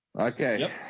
Okay